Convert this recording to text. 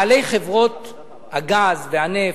בעלי חברות הגז והנפט,